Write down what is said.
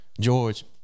George